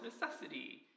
necessity